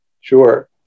Sure